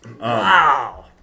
Wow